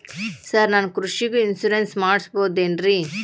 Sir ನಾನು ಕೃಷಿಗೂ insurance ಮಾಡಸಬಹುದೇನ್ರಿ?